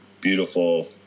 beautiful